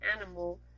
animal